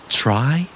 try